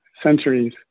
centuries